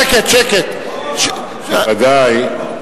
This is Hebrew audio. שקט, שקט, מה הוא אמר?